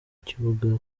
kibuga